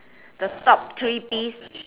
the top three piece